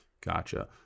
gotcha